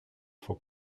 faut